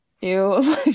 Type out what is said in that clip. ew